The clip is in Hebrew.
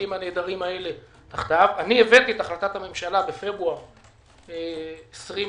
הבאתי את החלטת הממשלה בפברואר 2020,